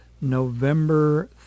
November